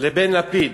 לבין לפיד,